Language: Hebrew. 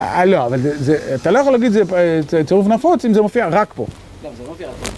לא, אתה לא יכול להגיד שזה צירוף נפוץ אם זה מופיע רק פה.